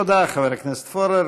תודה, חבר הכנסת פורר.